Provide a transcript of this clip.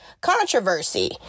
controversy